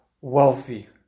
wealthy